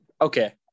Okay